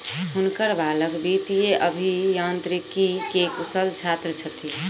हुनकर बालक वित्तीय अभियांत्रिकी के कुशल छात्र छथि